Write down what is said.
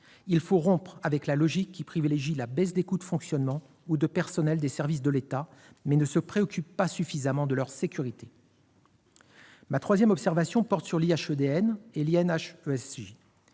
également rompre avec la logique qui privilégie la baisse des coûts de fonctionnement ou de personnels des services de l'État, sans se préoccuper suffisamment de leur sécurité. Ma troisième remarque concerne la situation de l'IHEDN et de l'INHESJ.